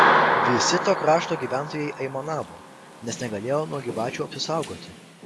visi to krašto gyventojai aimanavo nes negalėjo nuo gyvačių apsisaugoti